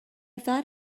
thought